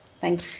thank